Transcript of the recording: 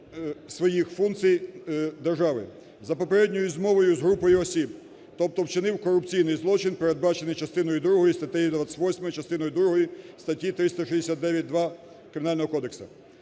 своїх функцій держави, за попередньою змовою з групою осіб. Тобто вчинив корупційний злочин, передбачений частиною другою статтею 28, частиною другою статті 369-2 Кримінального кодексу.